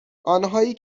آنهایی